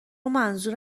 منظور